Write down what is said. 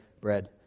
bread